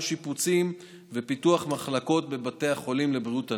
שיפוצים ופיתוח מחלקות בבתי החולים לבריאות הנפש,